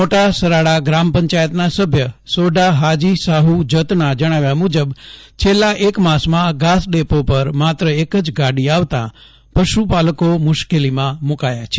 મોટા સરાડા ગ્રામપંચાયતના સભ્ય સોઢા હાજી સાહુ જતના જણાવ્યા મુજબ છેલ્લા એક માસમાં ઘાસડેપો પર માત્ર એકજ ગાડી આવતાં પશુપાલકો મુશ્કેલીમાં મુકાથા છે